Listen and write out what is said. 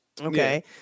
okay